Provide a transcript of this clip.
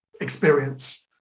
experience